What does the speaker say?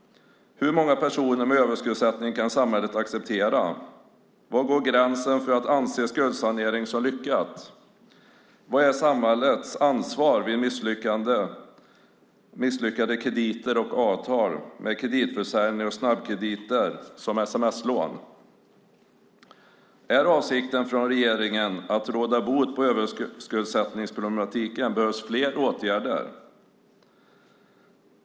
Hur många personer med överskuldsättning kan samhället acceptera? Var går gränsen för att skuldsanering ska anses lyckad? Vad är samhällets ansvar vid misslyckade krediter och avtal, med kreditförsäljningar och snabbkrediter, till exempel sms-lån? Om regeringens avsikt är att råda bot på överskuldsättningsproblemen behövs fler åtgärder.